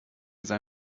sei